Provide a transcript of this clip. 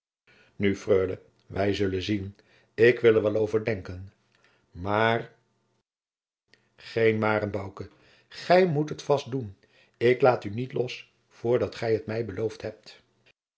nu freule wij zullen zien ik wil er wel over denken maar geen maren bouke gij moet het vast doen ik laat u niet los voordat gij het mij beloofd hebt